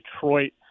Detroit